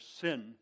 sin